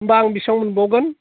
होनबा आं बेसेबां मोनबावगोन